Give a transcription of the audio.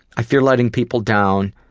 i fear letting people down,